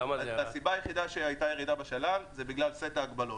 הסיבה היחידה שהייתה ירידה בשלל זה בגלל סט ההגבלות.